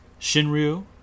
shinryu